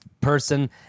person